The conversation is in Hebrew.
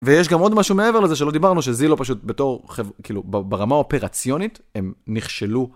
ויש גם עוד משהו מעבר לזה שלא דיברנו שזיהו לו פשוט בתור, כאילו ברמה האופרציונית, הם נכשלו